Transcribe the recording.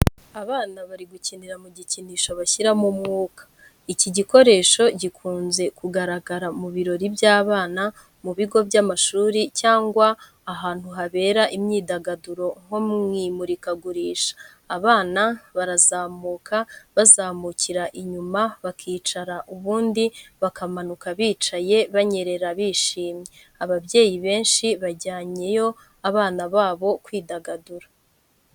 Abana bari gukinira mu gikinisho bashyiramo umwuka. Iki gikoresho gikunze kugaragara mu birori by’abana, mu bigo by’amashuri cyangwa ahantu habera imyidagaduro nko mu imurikagurisha. Abana barazamuka bazamukira inyuma bakicara ubundi bakamanuka bicaye banyerera bishimye. Ababyeyi benshi bajyanye yo abana babo kwidagadura.